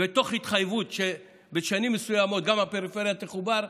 ותוך התחייבות שבשנים מסוימות גם הפריפריה תחובר,